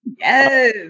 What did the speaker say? Yes